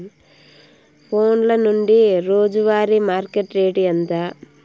ఫోన్ల నుండి రోజు వారి మార్కెట్ రేటు ఎంత?